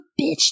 bitch